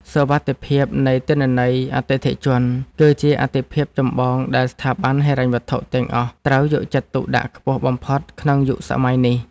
សុវត្ថិភាពនៃទិន្នន័យអតិថិជន គឺជាអាទិភាពចម្បងដែលស្ថាប័នហិរញ្ញវត្ថុទាំងអស់ត្រូវយកចិត្តទុកដាក់ខ្ពស់បំផុតក្នុងយុគសម័យនេះ។